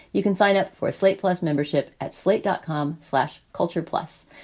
you can sign up for slate plus membership at slate dot com slash culture plus,